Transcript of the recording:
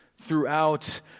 throughout